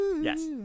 yes